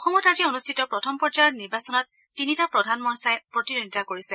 অসমত আজি অনুষ্ঠিত প্ৰথম পৰ্যায়ৰ নিৰ্বাচনত তিনিটা প্ৰধান মৰ্চাই প্ৰতিদ্বন্দ্বিতা কৰিছে